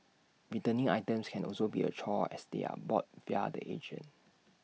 returning items can also be A chore as they are bought via the agent